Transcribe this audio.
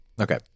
Okay